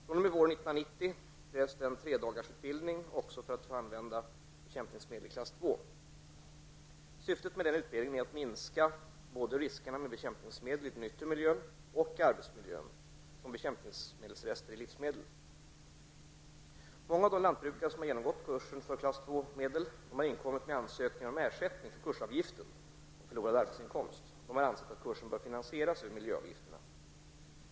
fr.o.m. våren 1990 krävs det en tredagarsutbildning även för att få använda bekämpningsmedel i klass 2. Syftet med utbildningen är att minska såväl riskerna med bekämpningsmedel i den yttre miljön och arbetsmiljön som bekämpningsmedelsrester i livsmedel. Många av de lantbrukare som har genomgått kursen för klass 2-medel har inkommit med ansökningar om ersättning för kursavgiften och förlorad arbetsinkomst. De har ansett att kursen bör finansieras över miljöavgifterna.